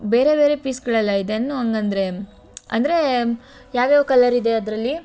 ಬೇರೆ ಬೇರೆ ಪೀಸ್ಗಳೆಲ್ಲ ಇದೆ ಅನ್ನು ಹಂಗಂದ್ರೆ ಅಂದರೇ ಯಾವ ಯಾವ ಕಲ್ಲರಿದೆ ಅದರಲ್ಲಿ